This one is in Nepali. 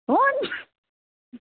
हुन्